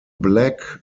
black